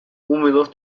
húmedos